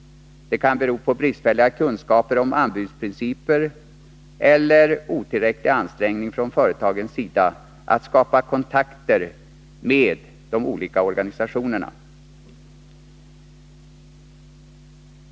Det kan bero på bristfälliga kunskaper om arbetsprinciper eller på otillräckliga ansträngningar från företagens sida att skapa kontakter med de olika organisationerna.